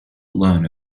learn